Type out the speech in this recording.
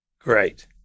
Great